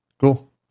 cool